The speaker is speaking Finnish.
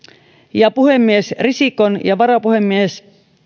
ja puhemies risikon ja varapuhemies